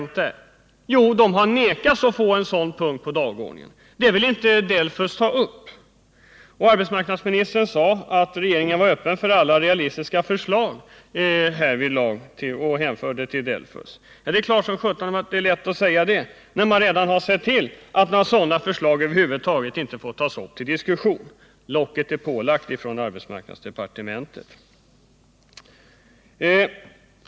Jo, i DELFUS vägrade man att ta upp en sådan punkt på dagordningen. Arbetsmarknadsministern sade att regeringen var öppen för alla realistiska förslag, och han hänvisade därvid till DELFUS. Det är naturligtvis lätt att göra denna hänvisning när man redan har sett till att några sådana förslag inte får tas upp till diskussion. Arbetsmarknadsdepartementet har lagt på locket.